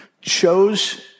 chose